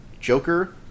Joker